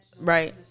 Right